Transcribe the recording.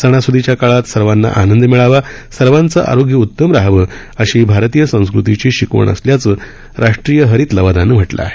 सणासूदीच्या काळात सर्वांना आनंद मिळावा सर्वांचं आरोग्य उत्तम रहावं अशी भारतीय संस्कृतीची शिकवण असल्याचं राष्ट्रीय हरित लवादानं म्हटलं आहे